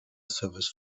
service